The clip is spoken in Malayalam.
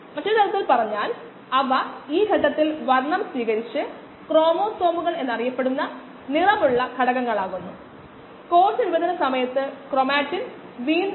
നമുക്ക് ഇവിടെ കുവെറ്റ് ഉണ്ട് കുവെറ്റിന് ഇവിടെ ഒരു കോശം സസ്പെൻഷൻ ഉണ്ടെന്ന് നമുക്ക് പറയാം മെഷർമെന്റ് ലെവൽ വരെ നിറക്കുക തുടർന്ന് ഒരു പ്രത്യേക തരംഗദൈർഘ്യം കുവെറ്റിൽ കാണിക്കുന്നു